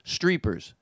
Streepers